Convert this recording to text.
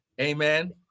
Amen